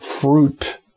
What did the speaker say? fruit